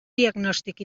diagnòstic